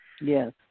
Yes